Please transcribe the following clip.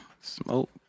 smoke